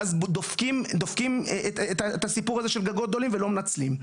ואז דופקים את הסיפור הזה של גגות גדולים ולא מנצלים.